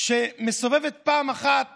שמסובבת פעם אחת